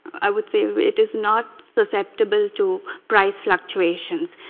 i would say it is not susceptible to price fluctuations.